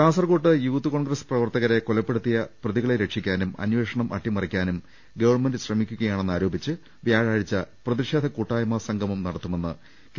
കാസർകോട്ട് യൂത്ത് കോൺഗ്രസ് പ്രവർത്തകരെ കൊലപ്പെടു ത്തിയ പ്രതികളെ രക്ഷിക്കാനും അന്വേഷണം അട്ടിമറിക്കാനും ഗവൺമെന്റ് ശ്രമിക്കുകയാണെന്ന് ആരോപിച്ച് വ്യാഴാഴ്ച പ്രതി ഷേധക്കൂട്ടായ്മ സംഗമം നടത്തുമെന്ന് കെ